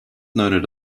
noted